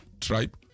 tribe